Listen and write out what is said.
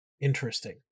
interesting